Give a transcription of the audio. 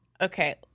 okay